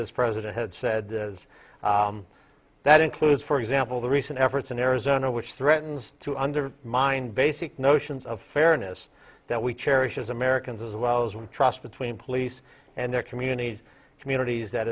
this president had said is that includes for example the recent efforts in arizona which threatens to undermine basic notions of fairness that we cherish as americans as well as we trust between police and their communities communities that